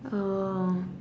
oh